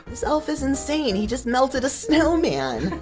this elf is insane. he just melted a snowman!